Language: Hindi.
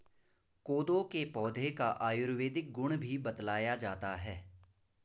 कोदो के पौधे का आयुर्वेदिक गुण भी बतलाया जाता है